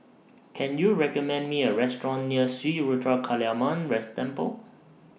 Can YOU recommend Me A Restaurant near Sri Ruthra Kaliamman rest Temple